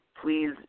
Please